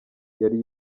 yari